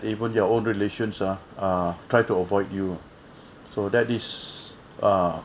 even your own relations ah uh try to avoid you so that this uh